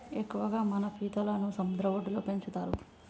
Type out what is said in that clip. ఎక్కువగా మనం పీతలని సముద్ర వడ్డులో పెంచుతరు